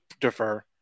defer